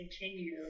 continue